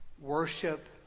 Worship